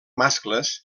mascles